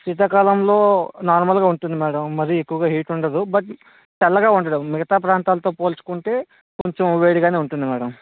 శీతాకాలంలో నార్మల్గా ఉంటుంది మ్యాడమ్ మరీ ఎక్కువగా హీట్ ఉండదు బట్ చల్లగా ఉండదు మిగతా ప్రాంతాలతో పోల్చుకుంటే కొంచం వేడిగానే ఉంటుంది మ్యాడమ్